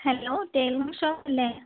hello tailor ഷോപ്പല്ലേ